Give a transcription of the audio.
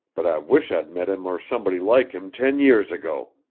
but i wish i'd met him or somebody like him ten years ago,